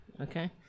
Okay